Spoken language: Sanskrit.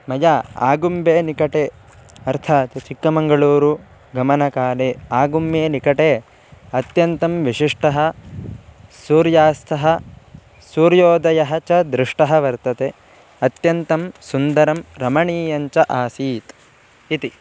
मया आगुम्बे निकटे अर्थात् चिक्कमङ्गलूरुगमनकाले आगुम्बे निकटे अत्यन्तं विशिष्टः सूर्यास्तः सूर्योदयः च दृष्टः वर्तते अत्यन्तं सुन्दरं रमणीयं च आसीत् इति